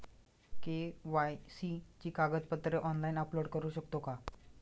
KYC ची कागदपत्रे online upload करू शकतो का?